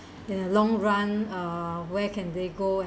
in the long run uh where can they go